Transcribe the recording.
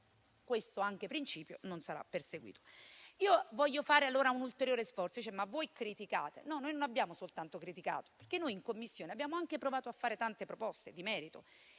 questo principio non sarà perseguito. Voglio fare un ulteriore sforzo. Ci dite che noi critichiamo. Noi non abbiamo soltanto criticato, perché in Commissione abbiamo anche provato a fare tante proposte di merito.